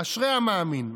אשרי המאמין.